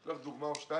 יש לך דוגמה או שתיים?